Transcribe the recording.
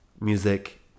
music